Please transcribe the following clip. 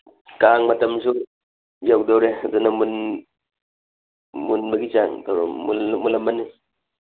ꯀꯥꯡ ꯃꯇꯝꯁꯨ ꯌꯧꯗꯧꯔꯦ ꯑꯗꯨꯅ ꯃꯨꯜꯂꯝꯃꯅꯤ